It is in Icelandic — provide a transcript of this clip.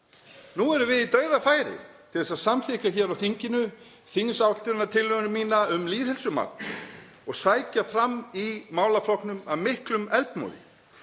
Nú erum við í dauðafæri til að samþykkja á þinginu þingsályktunartillögu mína um lýðheilsumál og sækja fram í málaflokknum af miklum eldmóði.